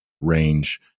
range